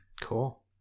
cool